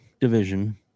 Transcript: division